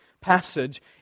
passage